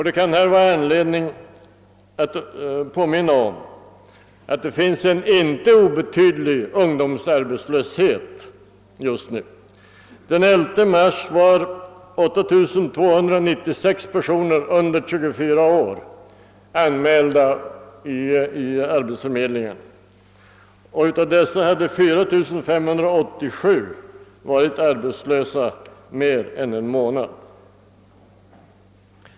Det kan här vara anledning att påminna om att det finns en icke obetydlig ungdomsarbetslöshet just nu. Den 11 mars var 8296 personer under 24 år anmälda vid arbetsförmedlingarna, och av dessa hade 4587 varit arbetslösa mer än en månad.